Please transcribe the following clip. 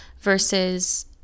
versus